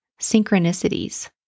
synchronicities